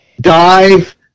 dive